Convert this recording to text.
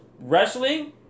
wrestling